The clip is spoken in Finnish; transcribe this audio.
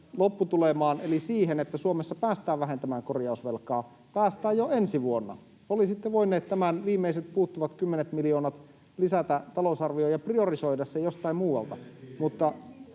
lopputulemaan eli siihen, että Suomessa päästään vähentämään korjausvelkaa jo ensi vuonna. Olisitte voineet nämä viimeiset puuttuvat kymmenet miljoonat lisätä talousarvioon ja priorisoida ne jostain muualta.